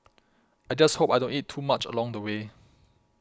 I just hope I don't eat too much along the way